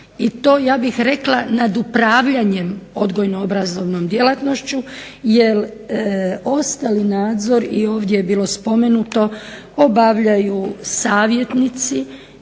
i to ja bih rekla nad upravljanjem odgojno-obrazovnom djelatnošću. Jer ostali nadzor, i ovdje je bilo spomenuto, obavljaju savjetnici